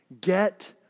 get